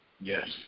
Yes